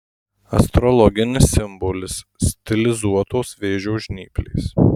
astrologinis simbolis stilizuotos vėžio žnyplės